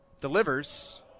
delivers